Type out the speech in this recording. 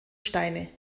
steine